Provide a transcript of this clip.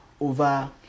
over